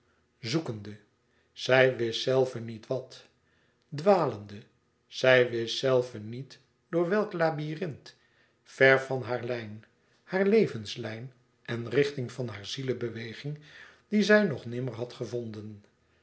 zoekende zij wist zelve niet wat dwalende zij wist zelve niet door welk labyrinth ver van haar lijn haar levenslijn en richting van haar zielebeweging die zij nog nimmer had gevonden